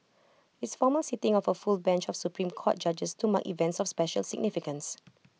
it's formal sitting of A full bench of Supreme court judges to mark events of special significance